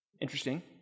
Interesting